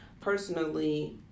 personally